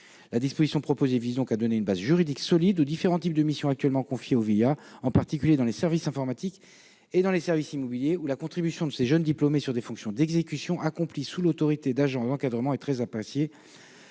disposition vise à donner une base juridique solide aux différents types de missions actuellement confiées aux VIA, en particulier dans les services informatiques et dans les services immobiliers, où la contribution de ces jeunes diplômés à des fonctions d'exécution sous l'autorité d'agents d'encadrement est très appréciée.